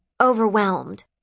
overwhelmed